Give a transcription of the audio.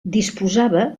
disposava